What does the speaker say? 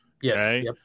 Yes